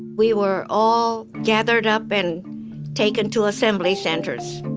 we were all gathered up and taken to assembly centers.